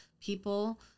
people